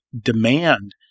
demand